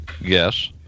Yes